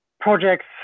projects